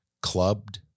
Clubbed